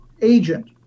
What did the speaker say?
agent